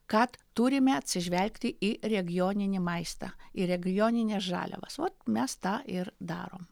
kad turime atsižvelgti į regioninį maistą ir regionines žaliavas vat mes tą ir darom